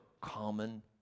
common